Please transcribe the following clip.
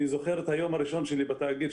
אני זוכר את היום הראשון שלי בתאגיד,